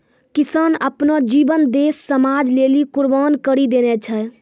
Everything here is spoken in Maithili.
किसान आपनो जीवन देस समाज लेलि कुर्बान करि देने छै